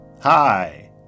Hi